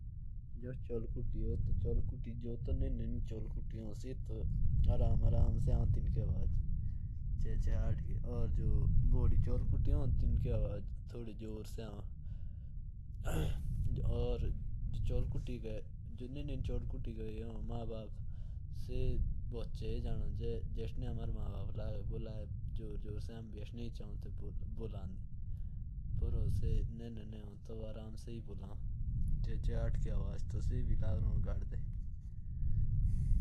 चिड़िया जब आपस में बात करती हैं। तो वो भी अलग अलग तरह की आवाजें निकालती रहती हैं। और जो उनके माता पिता होते हैं वो उनकी जैसे बोलना चाहते हैं। उनकी नकल करना चाहते हैं।